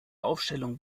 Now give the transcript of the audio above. aufstellung